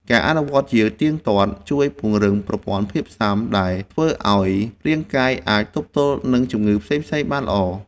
ការអនុវត្តជាទៀងទាត់ជួយពង្រឹងប្រព័ន្ធភាពស៊ាំ ដែលធ្វើឱ្យរាងកាយអាចទប់ទល់នឹងជំងឺផ្សេងៗបានល្អ។